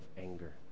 anger